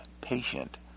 patient